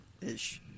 Ish